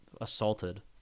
assaulted